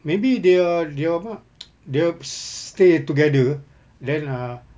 maybe dia dia apa dia stay together then ah